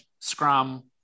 Scrum